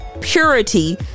purity